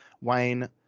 wayne